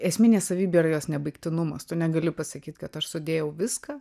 esminė savybė yra jos nebaigtinumas tu negali pasakyt kad aš sudėjau viską